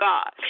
God